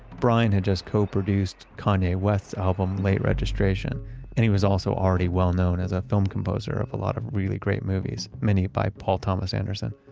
brion had just so produced kanye west's album late registration and he was also already well-known as a film composer of a lot of really great movies, many by paul thomas anderson.